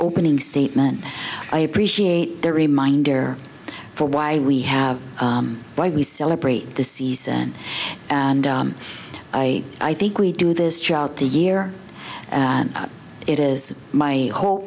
opening statement i appreciate the reminder for why we have why we celebrate the season and i i think we do this chart the year and it is my hope